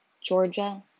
Georgia